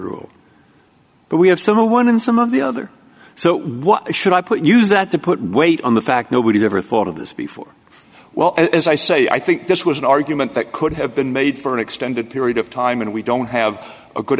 rule but we have someone in some of the other so what should i put use that to put weight on the fact nobody ever thought of this before well as i say i think this was an argument that could have been made for an extended period of time and we don't have a good